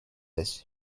this